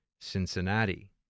Cincinnati